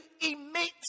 emit